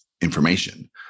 information